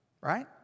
right